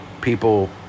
people